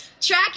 Track